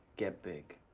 get big.